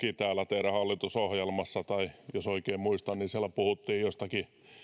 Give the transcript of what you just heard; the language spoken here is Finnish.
teidän hallitusohjelmassa luki oli jos oikein muistan että siellä puhuttiin jostakin